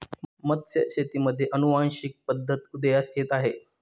मत्स्यशेतीमध्ये अनुवांशिक पद्धत उदयास येत आहे